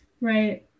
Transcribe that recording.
right